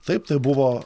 taip tai buvo